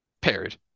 period